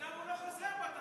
אז למה הוא לא חוזר בו?